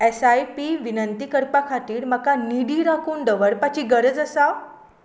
S I P विनंती करपा खातीर म्हाका निधी राखून दवरपाची गरज आसा